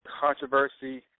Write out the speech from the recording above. controversy